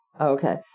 Okay